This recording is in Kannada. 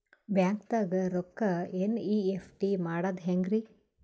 ಬ್ಯಾಂಕ್ದಾಗ ರೊಕ್ಕ ಎನ್.ಇ.ಎಫ್.ಟಿ ಮಾಡದ ಹೆಂಗ್ರಿ?